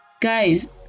guys